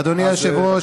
אדוני היושב-ראש,